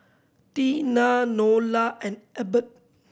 Teena Nola and Ebert